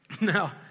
Now